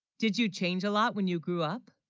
did you change a lot, when you grew up